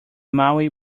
maui